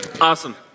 Awesome